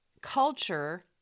culture